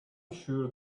sure